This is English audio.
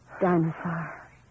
dinosaur